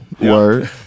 Word